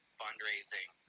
fundraising